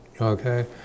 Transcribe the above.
okay